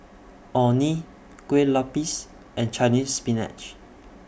Orh Nee Kue Lupis and Chinese Spinach